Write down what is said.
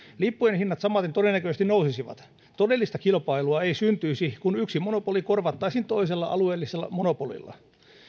lippujen hinnat samaten todennäköisesti nousisivat todellista kilpailua ei syntyisi kun yksi monopoli korvattaisiin toisella alueellisella monopolilla